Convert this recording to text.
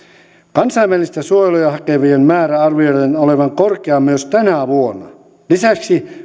kansainvälistä suojelua hakevien määrän arvioidaan olevan korkea myös tänä vuonna lisäksi